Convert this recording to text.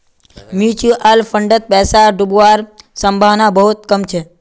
mutual फंडत पैसा डूबवार संभावना बहुत कम छ